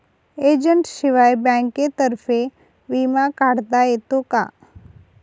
एजंटशिवाय बँकेतर्फे विमा काढता येतो का?